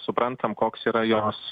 suprantam koks yra jos